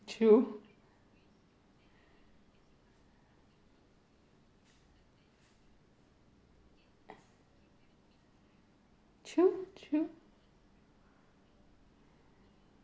true true true